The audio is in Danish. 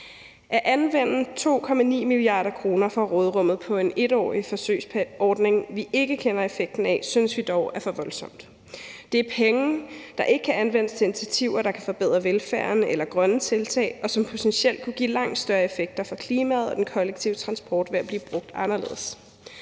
At anvende 2,9 mia. kr. fra råderummet på en 1-årig forsøgsordning, vi ikke kender effekten af, synes vi dog er for voldsomt. Det er penge, der ikke kan anvendes til initiativer, der kan forbedre velfærden, eller grønne tiltag, og det er penge, som potentielt kunne give langt større effekter for klimaet og den kollektive transport ved at blive brugt anderledes.